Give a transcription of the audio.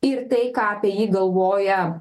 ir tai ką apie jį galvoja